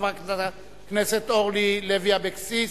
חברת הכנסת אורלי לוי אבקסיס,